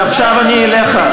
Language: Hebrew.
עכשיו אני אליך,